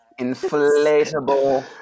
Inflatable